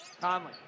Conley